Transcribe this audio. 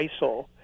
ISIL